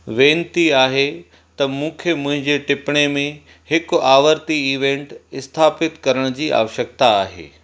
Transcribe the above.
वेनिती आहे त मूंखे मुंहिंजे टिपणे में हिकु आवर्ती इवेंट स्थापित करण जी आवश्यकता आहे